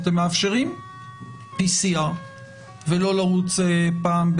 אתם מאפשרים PCR ולא לרוץ פעם,